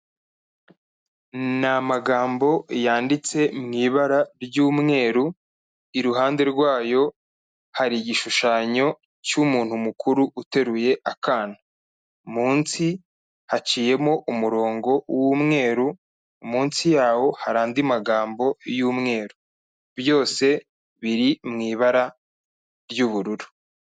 Ni amagambo yanditse mu ibara ry'umweru, iruhande rwayo hari igishushanyo cy'umuntu mukuru uteruye akana, munsi haciyemo umurongo w'umweru munsi yawo hari andi magambo y'umweru, byose biri mu ibara ry'ubururu.